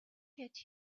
get